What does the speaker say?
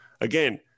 Again